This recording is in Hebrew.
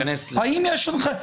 האם יש הנחיות?